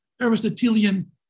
Aristotelian